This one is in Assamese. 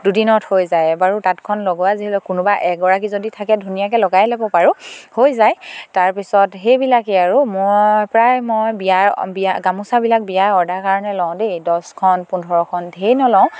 দুদিনত হৈ যায় বাৰু তাঁতখন লগোৱা যিহেতু কোনোবা এগৰাকী যদি থাকে ধুনীয়াকে লগাই ল'ব পাৰোঁ হৈ যায় তাৰপিছত সেইবিলাকেই আৰু মই প্ৰায় মই বিয়াৰ বিয়া গামোচাবিলাক বিয়াৰ অৰ্ডাৰ কাৰণে লওঁ দেই দছখন পোন্ধৰখন ঢেই নলওঁ